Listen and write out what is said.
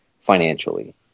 financially